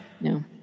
No